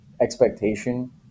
expectation